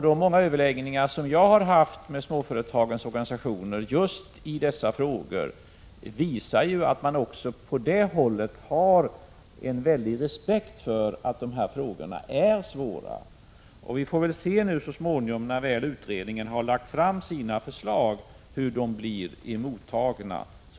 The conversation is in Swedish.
De många överläggningar jag har haft med småföretagens organisationer just i dessa frågor visar att man också på det hållet har en väldig respekt för att dessa frågor är svåra. Vi får väl se så småningom, när utredningen lagt fram sina förslag, hur de blir mottagna.